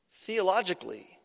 theologically